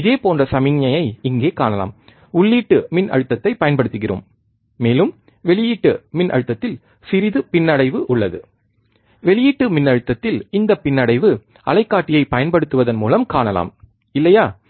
இதே போன்ற சமிக்ஞையை இங்கே காணலாம் உள்ளீட்டு மின்னழுத்தத்தைப் பயன்படுத்துகிறோம் மேலும் வெளியீட்டு மின் அழுத்தத்தில் சிறிது பின்னடைவு உள்ளது வெளியீட்டு மின்னழுத்தத்தில் இந்தப் பின்னடைவு அலைக்காட்டியை பயன்படுத்துவதன் மூலம் காணலாம் இல்லையா